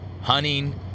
hunting